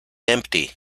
empty